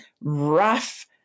rough